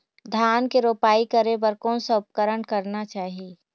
धान के रोपाई करे बर कोन सा उपकरण करना चाही?